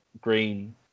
green